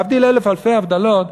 להבדיל אלף אלפי הבדלות,